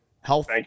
health